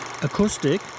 acoustic